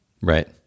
Right